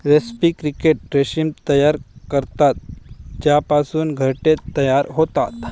रेस्पी क्रिकेट रेशीम तयार करतात ज्यापासून घरटे तयार होतात